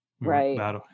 right